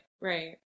right